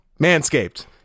Manscaped